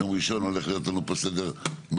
יום ראשון הולך להיות לנו פה סדר מלא.